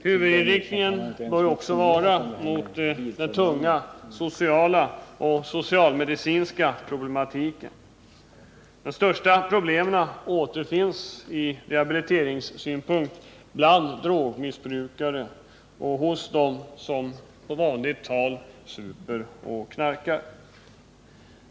Huvudinriktningen bör också vara mot den tunga sociala och socialmedicinska problematiken. De största problemen från rehabiliteringssynpunkt återfinns bland drogmissbrukare, hos dem som, som man säger i vanligt tal, super och knarkar.